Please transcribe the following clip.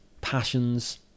passions